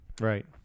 Right